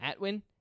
Atwin